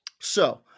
So-